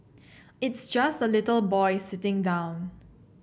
it's just a little boy sitting down